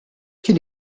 kien